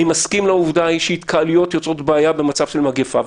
אני מסכים לעובדה שהתקהלויות יוצרות בעיה במצב של מגפה,